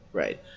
right